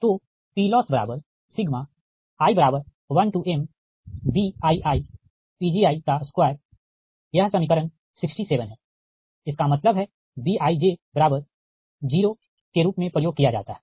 तो PLossi1mBiiPgi2यह समीकरण 67 है इसका मतलब है Bij 00 के रूप में प्रयोग किया जाता है